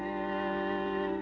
and